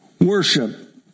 worship